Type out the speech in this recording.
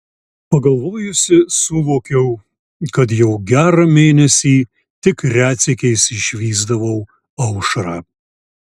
pagalvojusi suvokiau kad jau gerą mėnesį tik retsykiais išvysdavau aušrą